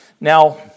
Now